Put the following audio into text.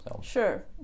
Sure